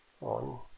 on